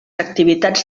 activitats